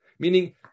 Meaning